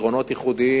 פתרונות ייחודיים.